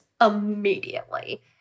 immediately